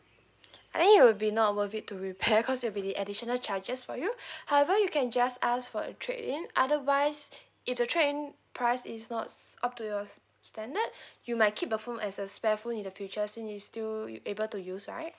I think it would be not worth it to repair cause it'll be additional charges for you however you can just ask for a trade in otherwise if the trade in price is not up to your standard you might keep the phone as a spare phone in the future since it's still able to use right